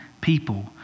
people